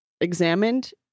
examined